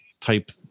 type